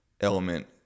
element